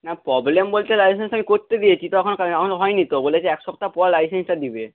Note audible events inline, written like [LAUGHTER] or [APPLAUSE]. না প্রবলেম বলতে লাইসেন্স আমি করতে দিয়েছি তো এখনও [UNINTELLIGIBLE] এখনও তো হয়নি তো বলেছে এক সপ্তাহ পর লাইসেন্সটা দেবে